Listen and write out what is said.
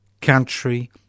country